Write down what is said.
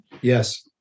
Yes